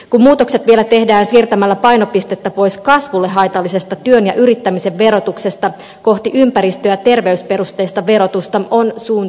kun muutokset vielä tehdään siirtämällä painopistettä pois kasvulle haitallisesta työn ja yrittämisen verotuksesta kohti ympäristö ja terveysperusteista verotusta on suunta oikea